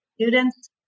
students